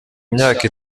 imyaka